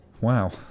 Wow